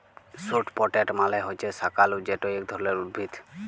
sweet potato মালে হছে শাঁকালু যেট ইক ধরলের উদ্ভিদ